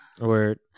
Word